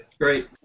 Great